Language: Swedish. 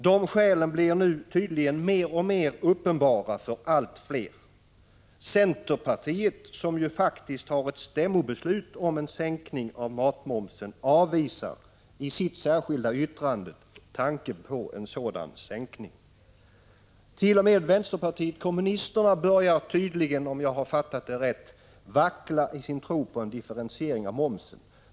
De skälen blir nu tydligen mer och mer uppenbara för allt fler. Centerpartiet, som ju faktiskt har ett stämmobeslut om en sänkning om matmomsen, avvisar i sitt särskilda yttrande tanken på en sådan sänkning. T. o. m. vänsterpartiet kommunisterna börjar tydligen, om jag har fattat det rätt, vackla i sin tro på en differentiering av momsen.